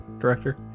director